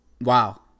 wow